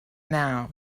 now